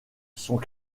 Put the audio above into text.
sont